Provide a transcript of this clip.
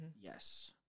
Yes